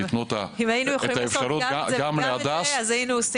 אם היינו יכולים לעשות גם את זה וגם את זה אז היינו עושים.